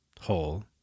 whole